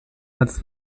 als